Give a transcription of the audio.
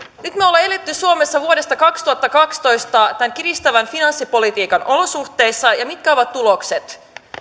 nyt me olemme eläneet suomessa vuodesta kaksituhattakaksitoista tämän kiristävän finanssipolitiikan olosuhteissa ja ja mitkä ovat tulokset